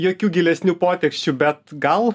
jokių gilesnių poteksčių bet gal